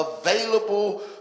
available